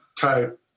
type